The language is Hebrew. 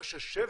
ש'שברון'